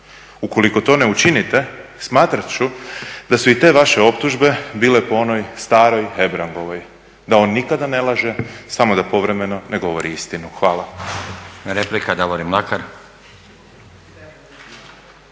Ukoliko to ne učinite smatrat ću da su i te vaše optužbe bile po onoj staroj Hebrangovoj, da on nikada ne laže, samo da povremeno ne govori istinu. Hvala.